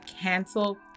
cancel